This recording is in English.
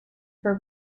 for